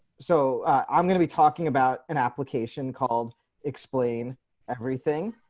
so i'm going to be talking about an application called explain everything.